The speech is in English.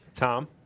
Tom